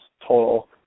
total